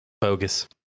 Bogus